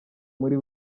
muri